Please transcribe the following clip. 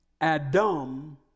Adam